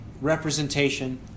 representation